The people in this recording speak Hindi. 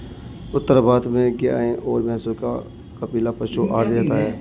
उत्तर भारत में गाय और भैंसों को कपिला पशु आहार दिया जाता है